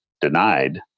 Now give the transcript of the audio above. denied